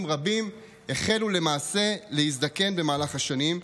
רבים החלו למעשה להזדקן במהלך השנים,